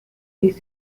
this